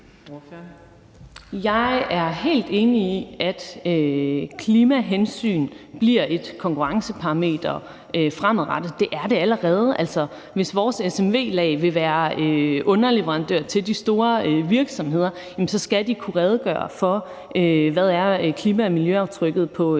Jeg er helt enig i, at klimahensyn bliver et konkurrenceparameter fremadrettet. Det er det allerede. Altså, hvis vores SMV-lag vil være underleverandør til de store virksomheder, så skal de kunne redegøre for, hvad klima- og miljøaftrykket er på det,